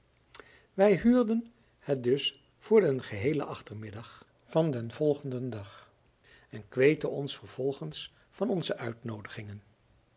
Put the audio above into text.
wij huurden het dus voor den geheelen achtermiddag van den volgenden dag en kweten ons vervolgens van onze uitnoodigingen